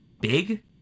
big